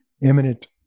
imminent